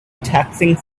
taxing